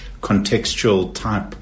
contextual-type